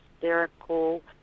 hysterical